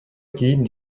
кийим